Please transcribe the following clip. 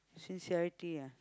sincerity ah